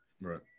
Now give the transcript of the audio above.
Right